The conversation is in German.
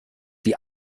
die